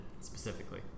specifically